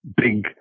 big